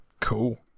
Cool